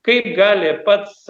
kaip gali pats